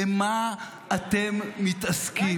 במה אתם מתעסקים,